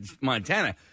Montana